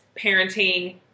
parenting